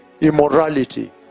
Immorality